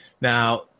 Now